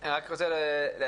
אני רק רוצה להדגיש.